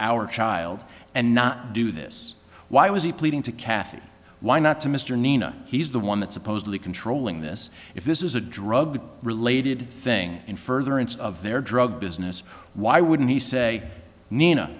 our child and not do this why was he pleading to kathy why not to mr nina he's the one that supposedly controlling this if this is a drug related thing in furtherance of their drug business why wouldn't he say nina